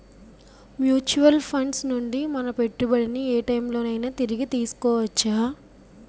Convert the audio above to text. Mutual funds నుండి మన పెట్టుబడిని ఏ టైం లోనైనా తిరిగి తీసుకోవచ్చా?